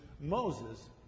Moses